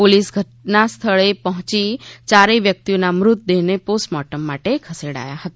police ઘટના સ્થળે પહોંચી ચારેથ વ્યક્તિઓના મૃતદેહને પોસ્ટમોર્ટમ માટે ખસેડાયા હતા